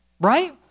Right